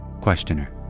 Questioner